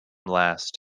last